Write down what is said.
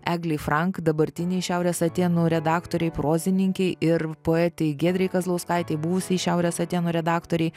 eglei frank dabartinei šiaurės atėnų redaktorei prozininkei ir poetei giedrei kazlauskaitei buvusiai šiaurės atėnų redaktorei